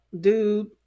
dude